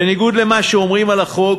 בניגוד למה שאומרים על החוק,